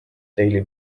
daily